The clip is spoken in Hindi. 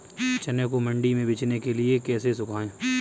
चने को मंडी में बेचने के लिए कैसे सुखाएँ?